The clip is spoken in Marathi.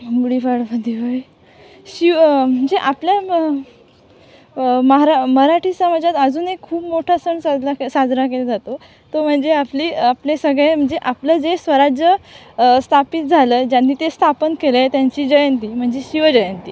गुढीपाडवा दिवाळी शि म्हणजे आपल्या म महारा मराठी समाजात अजून एक खूप मोठा सण साजरा केला साजरा केला जातो तो म्हणजे आपली आपले सगळे म्हणजे आपलं जे स्वराज्य स्थापित झालं ज्यांनी ते स्थापन केलं आहे त्यांची जयंती म्हणजे शिवजयंती